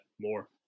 more